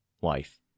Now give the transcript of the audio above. wife